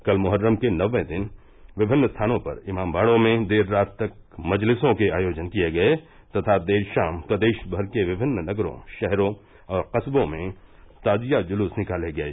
कल मोहर्रम के नौवें दिन विभिन्न स्थानों पर इमामबाड़ों में देर रात तक मजलिसो के आयोजन किए गये तथा देर शाम प्रदेश भर के विभिन्न नगरो शहरो और कस्बों में ताजिया जुलूस निकाले गये